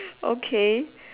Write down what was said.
okay